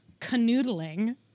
canoodling